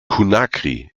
conakry